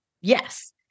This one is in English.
Yes